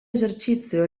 esercizio